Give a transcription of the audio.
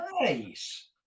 nice